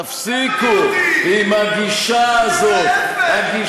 תפסיקו עם הגישה הזאת, אתם הגלותיים, בדיוק ההפך.